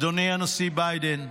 אדוני הנשיא ביידן,